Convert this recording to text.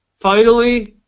finally,